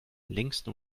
längsten